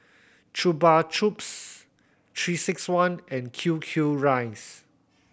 Chupa Chups Three Six One and Q Q Rice